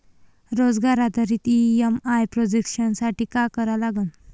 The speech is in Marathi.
रोजगार आधारित ई.एम.आय प्रोजेक्शन साठी का करा लागन?